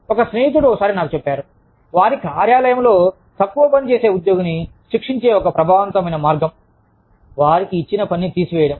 ఒక స్నేహితుడు ఒకసారి నాకు చెప్పారు వారి కార్యాలయంలో తక్కువ పని చేసే ఉద్యోగిని శిక్షించే ఒక ప్రభావవంతమైన మార్గం వారికి ఇచ్చిన పనినితీసివేయడం